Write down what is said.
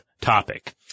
topic